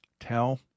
Tell